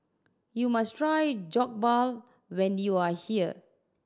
you must try Jokbal when you are here